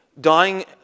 dying